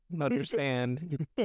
understand